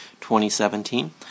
2017